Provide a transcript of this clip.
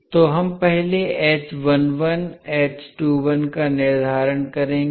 इसलिए हम पहले h11 h21 का निर्धारण करेंगे